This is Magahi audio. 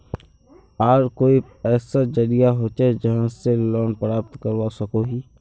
आर कोई ऐसा जरिया होचे जहा से लोन प्राप्त करवा सकोहो ही?